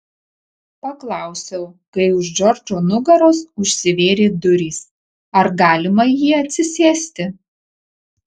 paklausiau kai už džordžo nugaros užsivėrė durys ar galima į jį atsisėsti